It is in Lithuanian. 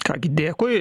ką gi dėkui